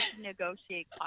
negotiate